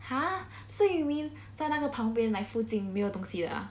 !huh! so you mean 在那个旁边 like 附近没有东西的啊